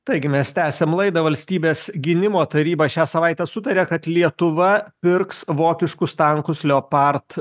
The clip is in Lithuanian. taigi mes tęsiam laidą valstybės gynimo taryba šią savaitę sutarė kad lietuva pirks vokiškus tankus leopard